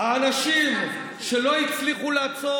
האנשים שלא הצליחו לעצור